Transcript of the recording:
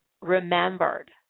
remembered